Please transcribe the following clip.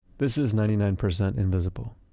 this is ninety nine percent invisible.